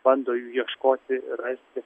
bando jų ieškoti rasti